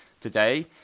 today